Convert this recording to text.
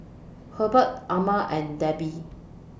Hubbard Amma and Debbi